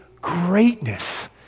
greatness